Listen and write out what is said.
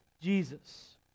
Jesus